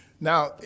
Now